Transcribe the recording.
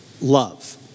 love